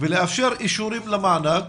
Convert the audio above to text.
לאפשר אישורים למענק